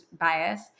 bias